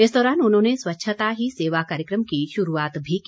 इस दौरान उन्होंने स्वच्छता ही सेवा कार्यक्रम की शुरूआत भी की